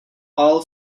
all